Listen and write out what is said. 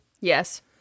Yes